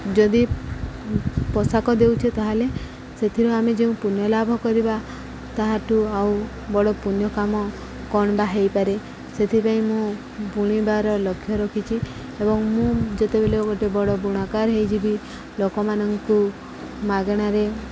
ଯଦି ପୋଷାକ ଦେଉଛେ ତାହେଲେ ସେଥିରୁ ଆମେ ଯେଉ ପୁଣ୍ୟ ଲାଭ କରିବା ତାହାଠୁ ଆଉ ବଡ଼ ପୁଣ୍ୟ କାମ କ'ଣ ବା ହେଇପାରେ ସେଥିପାଇଁ ମୁଁ ବୁଣିବାର ଲକ୍ଷ୍ୟ ରଖିଛି ଏବଂ ମୁଁ ଯେତେବେଳେ ଗୋଟେ ବଡ଼ ବୁଣାକାର୍ ହେଇଯିବି ଲୋକମାନଙ୍କୁ ମାଗଣାରେ